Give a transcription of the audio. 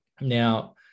Now